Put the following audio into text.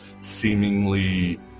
seemingly